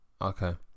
Okay